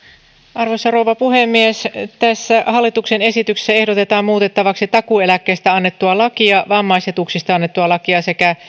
arvoisa rouva puhemies tässä hallituksen esityksessä ehdotetaan muutettavaksi takuueläkkeestä annettua lakia vammaisetuuksista annettua lakia sekä